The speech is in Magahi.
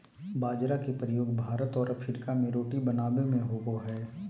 बाजरा के प्रयोग भारत और अफ्रीका में रोटी बनाबे में होबो हइ